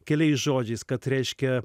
keliais žodžiais kad reiškia